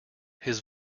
his